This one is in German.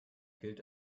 gilt